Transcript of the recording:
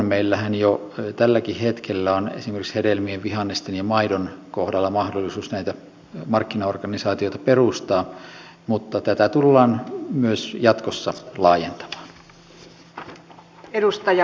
meillähän jo tälläkin hetkellä on esimerkiksi hedelmien vihannesten ja maidon kohdalla mahdollisuus näitä markkinaorganisaatioita perustaa mutta tätä tullaan myös jatkossa laajentamaan